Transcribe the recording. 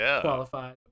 qualified